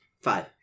Five